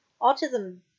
autism